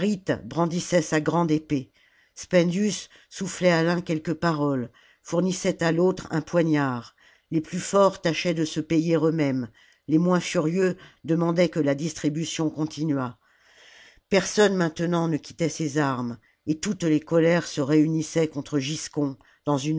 brandissait sa grande épée spendius soufflait à l'un quelque parole fournissait à l'autre un poignard les plus forts tachaient de se pajer eux-mêmes les moins furieux demandaient que la distribution continuât personne maintenant ne quittait ses armes et toutes les colères se réunissaient contre giscon dans une